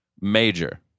major